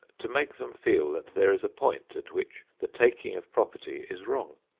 to make them feel that there is a point at which the taking of property is wrong.